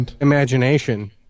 Imagination –